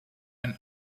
and